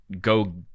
go